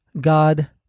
God